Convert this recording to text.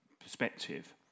perspective